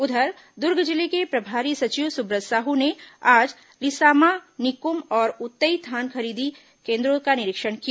उधर दुर्ग जिले के प्रभारी सचिव सुब्रत साहू ने आज रिसामा निकुम और उतई धान खरीदी केन्द्रों का निरीक्षण किया